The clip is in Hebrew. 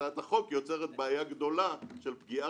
הצעת החוק יוצרת בעיה גדולה של פגיעה